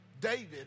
David